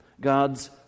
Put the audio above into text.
God's